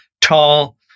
tall